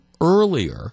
earlier –